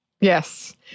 Yes